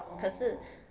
orh